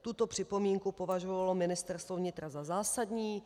Tuto připomínku považovalo Ministerstvo vnitra za zásadní.